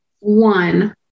one